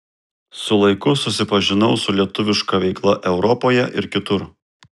su laiku susipažinau su lietuviška veikla europoje ir kitur